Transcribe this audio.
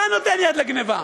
אתה נותן יד לגנבה,